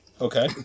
Okay